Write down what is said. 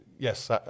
Yes